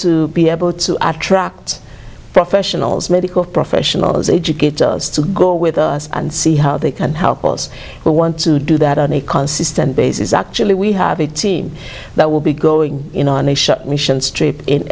to be able to attract professionals medical professionals educators to go with us and see how they can help those who want to do that on a consistent basis actually we have a team that will be going in on a shuttle missions trip